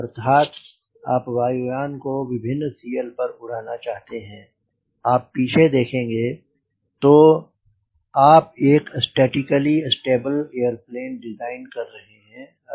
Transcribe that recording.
अर्थात आप वायुयान को विभिन्न CL पर उड़ाना चाहते हैं आप पीछे देखेंगे तो आप एक स्टैटिक्ली स्टेबल एयरप्लेन डिज़ाइन कर रहे हैं